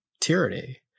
tyranny